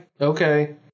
Okay